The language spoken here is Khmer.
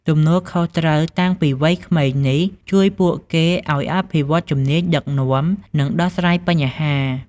ទំនួលខុសត្រូវតាំងពីវ័យក្មេងនេះ ជួយពួកគេឱ្យអភិវឌ្ឍជំនាញដឹកនាំ និងដោះស្រាយបញ្ហា។